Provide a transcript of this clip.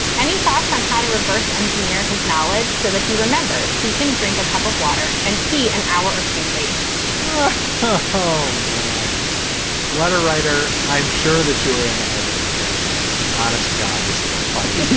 any thoughts on how to reverse engineer his knowledge so that he remembers he can drink a cup of water and pee an hour or two later her home and letter writer? i am sure that you are in and agony right now, but honest to god, this is a funny,